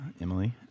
Emily